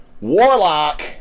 Warlock